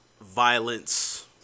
violence